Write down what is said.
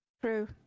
True